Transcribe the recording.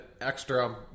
extra